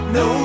no